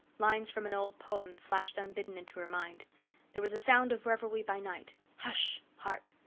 lines from an old poem flashed unbidden into her mind there was a sound of revelry by night hush! hark!